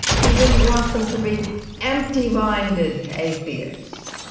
he didn't want them to be empty-minded atheists